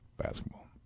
Basketball